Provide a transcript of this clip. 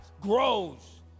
grows